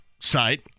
site